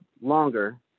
longer